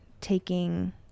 taking